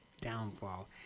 downfall